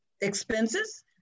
expenses